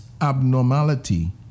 abnormality